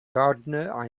gardener